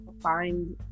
find